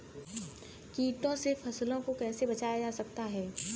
कीटों से फसल को कैसे बचाया जा सकता है?